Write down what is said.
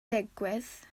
digwydd